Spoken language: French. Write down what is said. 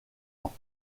ans